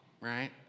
right